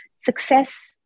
success